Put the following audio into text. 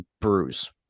bruise